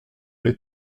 les